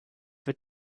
wird